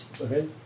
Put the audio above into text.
Okay